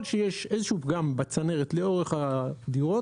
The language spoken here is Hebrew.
שיש איזה שהוא פגם בצנרת לאורך הדירות,